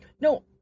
No